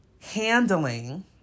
Handling